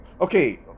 Okay